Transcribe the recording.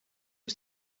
was